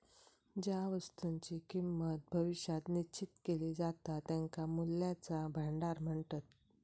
ज्या वस्तुंची किंमत भविष्यात निश्चित केली जाता त्यांका मूल्याचा भांडार म्हणतत